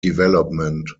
development